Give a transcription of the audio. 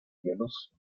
cielos